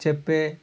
చెప్పే